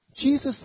Jesus